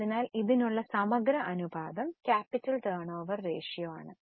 അതിനാൽ ഇതിനുള്ള സമഗ്ര അനുപാതം ക്യാപിറ്റൽ ടേൺഓവർ റേഷ്യോ ആണ്